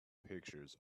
pictures